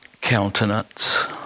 countenance